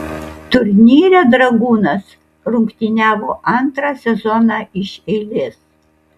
turnyre dragūnas rungtyniavo antrą sezoną iš eilės